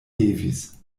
levis